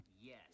Yes